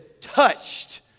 touched